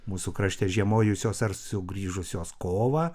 mūsų krašte žiemojusios ar sugrįžusios kovą